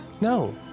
no